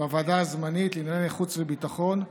בוועדה הזמנית לענייני חוץ וביטחון,